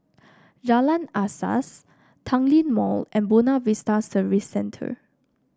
Jalan Asas Tanglin Mall and Buona Vista Service Centre